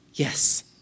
Yes